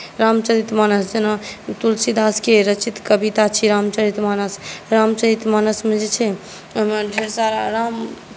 रामचरित मानस जेना तुलसीदासके रचित कविता छी राम चरित मानस रामचरित मानसमे जे छै ओहिमे ढ़ेर सारा राम